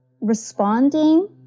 responding